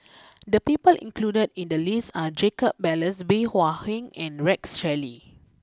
the people included in the list are Jacob Ballas Bey Hua Heng and Rex Shelley